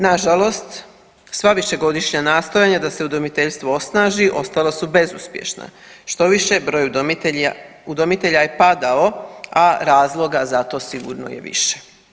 Nažalost, sva višegodišnja nastojanja da se udomiteljstvo osnaži ostala su bezuspješna, štoviše broj udomitelja je padao, a razloga za to sigurno je i više.